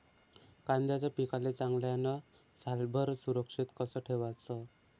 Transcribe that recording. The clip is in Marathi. कांद्याच्या पिकाले चांगल्यानं सालभर सुरक्षित कस ठेवाचं?